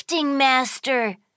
master